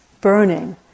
burning